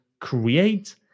create